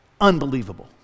Unbelievable